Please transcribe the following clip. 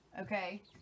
Okay